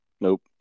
Nope